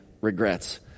regrets